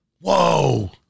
Whoa